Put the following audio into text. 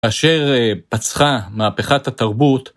כאשר פצחה מהפכת התרבות.